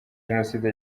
jenoside